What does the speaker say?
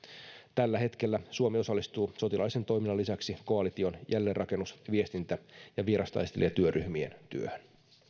tällä hetkellä suomi osallistuu sotilaallisen toiminnan lisäksi koalition jälleenrakennus viestintä ja vierastaistelijatyöryhmien työhön